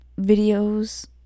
videos